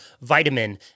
vitamin